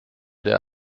der